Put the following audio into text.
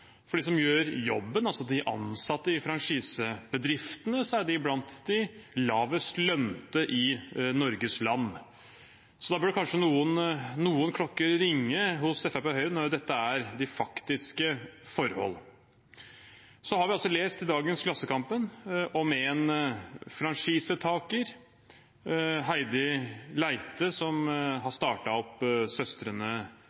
For de som gjør jobben, altså de ansatte i franchisebedriftene, er blant de lavest lønte i Norges land. Da burde kanskje noen klokker ringe hos Fremskrittspartiet og Høyre, når dette er de faktiske forhold. Vi har kunnet lese i dagens Klassekampen om en franchisetaker, Heidi Leite, som